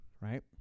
right